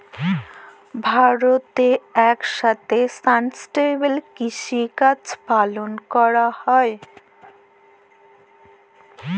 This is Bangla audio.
ভারতেল্লে ইকসাথে সাস্টেলেবেল কিসিকাজ পালল ক্যরা হ্যয়